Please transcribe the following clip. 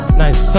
nice